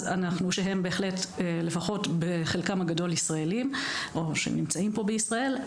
שהם לפחות בחלקם הגדול ישראלים או נמצאים פה בישראל,